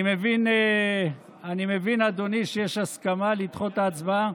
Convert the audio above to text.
אני מבין, אדוני, שיש הסכמה לדחות את ההצבעה.